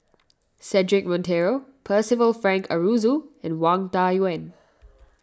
Cedric Monteiro Percival Frank Aroozoo and Wang Dayuan